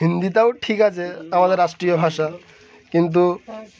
হিন্দি তাও ঠিক আছে আমাদের রাষ্ট্রীয় ভাষা কিন্তু